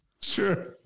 Sure